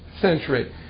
century